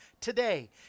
today